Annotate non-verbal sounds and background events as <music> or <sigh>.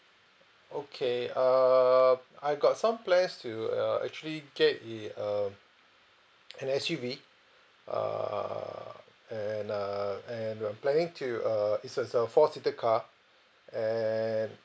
okay um I got some plans to uh actually get a uh <noise> an S_U_V err and err and I'm planning to err it's a it's a four seated car and